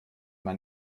man